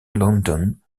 london